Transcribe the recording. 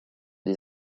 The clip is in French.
des